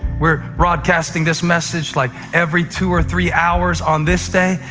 we're broadcasting this message like every two or three hours on this day,